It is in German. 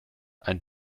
ein